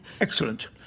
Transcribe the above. Excellent